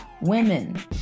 women